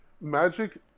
magic